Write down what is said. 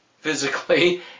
physically